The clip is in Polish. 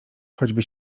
choćby